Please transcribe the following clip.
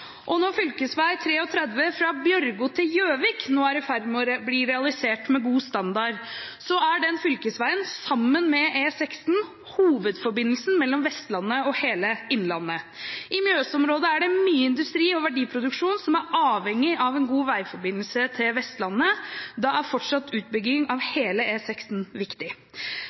Og når fv. 33 fra Bjørgo til Gjøvik nå er i ferd med å bli realisert med god standard, er denne fylkesveien, sammen med E16, hovedforbindelsen mellom Vestlandet og hele innlandet. I Mjøs-området er det mye industri og verdiproduksjon som er avhengig av en god veiforbindelse til Vestlandet. Da er fortsatt utbygging av